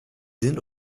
sind